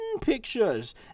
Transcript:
pictures